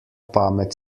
pamet